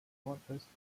nordöstlichen